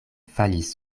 falis